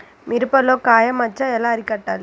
మిరపలో కాయ మచ్చ ఎలా అరికట్టాలి?